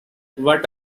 what